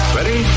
Ready